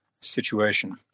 situation